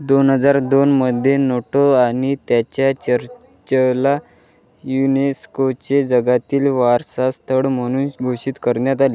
दोन हजार दोनमध्ये नोटो आणि त्याच्या चर्चला युनेस्कोचे जगातील वारसा स्थळ म्हणून घोषित करण्यात आले